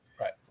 right